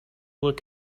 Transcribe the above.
look